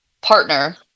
partner